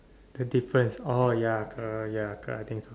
the difference oh ya got ya got I think